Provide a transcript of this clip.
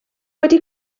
wedi